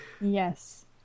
Yes